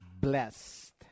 blessed